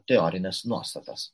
teorines nuostatas